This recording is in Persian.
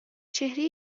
چهره